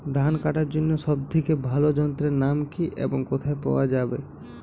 ধান কাটার জন্য সব থেকে ভালো যন্ত্রের নাম কি এবং কোথায় পাওয়া যাবে?